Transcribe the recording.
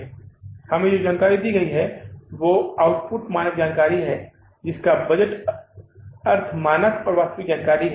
हमें जो जानकारी दी गई है वो आउटपुट मानक जानकारी है जिसका बजट अर्थ मानक और वास्तविक जानकारी है